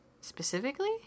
specifically